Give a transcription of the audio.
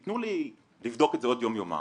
תנו לי לבדוק את זה עוד יום יומיים,